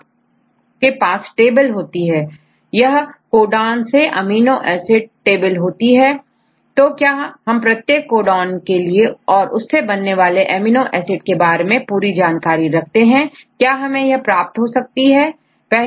आप table होती है यह को डॉन से एमिनो एसिड टेबल होती है तो क्या हम प्रत्येक कोडन के लिए और उससे बनने वाले अमीनो एसिड के बारे में पूरी जानकारी रखते हैं क्या हमें यह प्राप्त हो सकती है